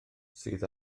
sydd